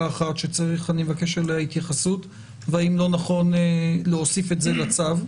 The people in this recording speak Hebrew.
אחת שאני מבקש התייחסות אליה והאם לא נכון להוסיף את זה לצו?